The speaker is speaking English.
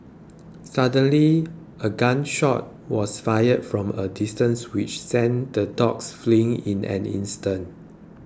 suddenly a gun shot was fired from a distance which sent the dogs fleeing in an instant